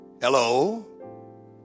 Hello